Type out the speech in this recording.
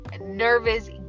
nervous